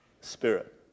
Spirit